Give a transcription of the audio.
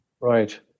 right